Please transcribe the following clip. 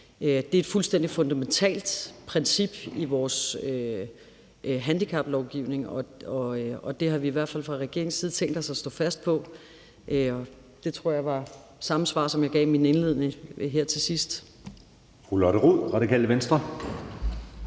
Det er et fuldstændig fundamentalt princip i vores handicaplovgivning, og det har vi i hvert fald fra regeringens side tænkt os at stå fast på. Det tror jeg var samme svar, som jeg gav i min indledning, her til sidst.